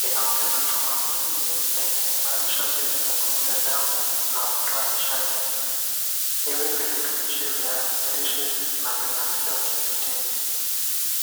inaongeza chuma mwilini na inaimarisha seli nyekundu ya damu na utoani shati. Hivi virutubishi vya lishe na vina vidonge sitini.